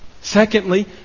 Secondly